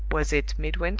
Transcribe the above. was it midwinter?